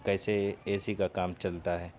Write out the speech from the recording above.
کیسے A C کا کام چلتا ہے